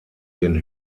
den